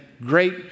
great